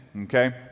okay